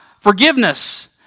forgiveness